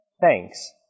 Thanks